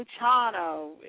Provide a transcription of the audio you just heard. Luciano